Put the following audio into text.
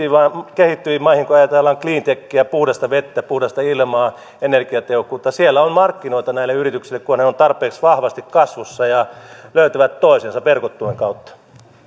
kehittyviin maihin kun ajatellaan cleantechiä puhdasta vettä puhdasta ilmaa energiatehokkuutta siellä on markkinoita näille yrityksille kunhan ne ovat tarpeeksi vahvasti kasvussa ja löytävät toisensa verkottumisen kautta